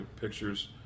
Pictures